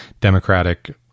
Democratic